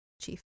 Chief